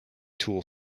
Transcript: tool